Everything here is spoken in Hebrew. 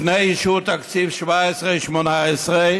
לפני אישור תקציב 2017 2018,